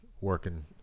working